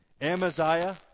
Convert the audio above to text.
Amaziah